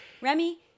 Remy